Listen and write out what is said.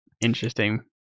Interesting